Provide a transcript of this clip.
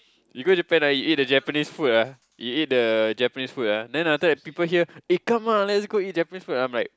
you go Japan right you eat the Japanese food ah you eat the Japanese food ah then after that people here eh come ah let's go eat Japanese food then I'm like